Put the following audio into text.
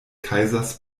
kaisers